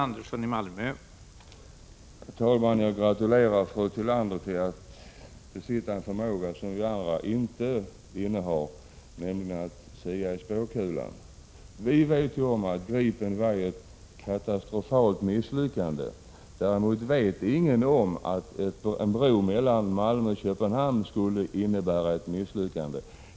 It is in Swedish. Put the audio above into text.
Herr talman! Jag gratulerar fru Tillander till att besitta en förmåga som vi andra inte innehar, nämligen förmågan att kunna sia om framtiden. Vi vet ju nu att Gripen var ett katastrofalt misslyckande, däremot vet vi inte om en bro mellan Malmö och Köpenhamn skulle innebära ett misslyckande.